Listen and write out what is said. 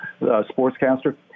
sportscaster